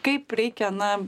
kaip reikia na